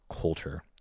culture